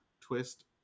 twist